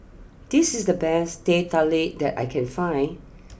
this is the best Teh Tarik that I can find